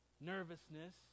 nervousness